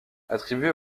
attribuer